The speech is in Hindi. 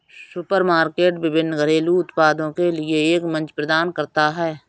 सुपरमार्केट विभिन्न घरेलू उत्पादों के लिए एक मंच प्रदान करता है